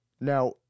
Now